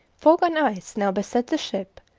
fog and ice now beset the ship,